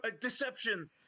Deception